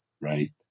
right